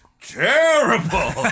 terrible